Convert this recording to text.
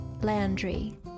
Landry